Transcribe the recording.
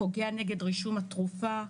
פוגע נגד רישום התרופה,